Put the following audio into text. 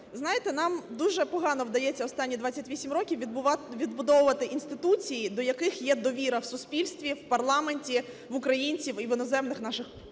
знаєте, нам дуже погано вдається останні 28 років відбудовувати інституції, до яких є довіра в суспільстві, в парламенті, в українців і в іноземних наших партнерів.